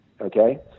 okay